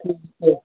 ਠੀਕ ਹੈ